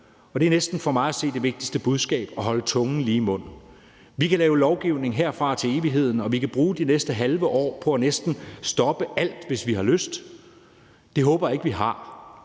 Det er for mig at se næsten det vigtigste budskab: at holde tungen lige i munden. Vi kan lave lovgivning herfra og til evighed, og vi kan bruge det næste halve år på næsten at stoppe alt, hvis vi har lyst. Det håber jeg ikke vi har.